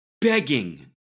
begging